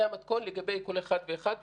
זה המתכון לגבי כל אחד ואחד.